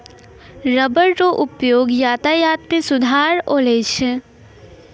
rubber रो उपयोग यातायात मे सुधार अैलौ छै